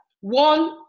One